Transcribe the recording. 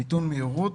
מיתון מהירות,